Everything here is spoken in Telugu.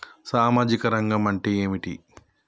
సామాజిక రంగం అంటే ఏమిటి?